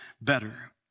better